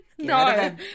No